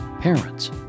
parents